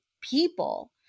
people